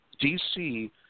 DC